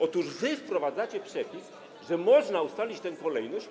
Otóż wy wprowadzacie przepis, że można ustalić tę kolejność